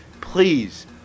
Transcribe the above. please